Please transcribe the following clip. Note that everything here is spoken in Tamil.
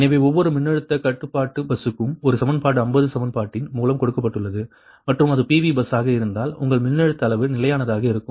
எனவே ஒவ்வொரு மின்னழுத்தக் கட்டுப்பாட்டுப் பஸ்ஸுக்கும் ஒரு சமன்பாடு 50 சமன்பாட்டின் மூலம் கொடுக்கப்பட்டுள்ளது மற்றும் அது PV பஸ் ஆக இருந்தால் உங்கள் மின்னழுத்த அளவு நிலையானதாக இருக்கும்